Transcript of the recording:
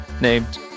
named